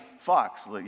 Fox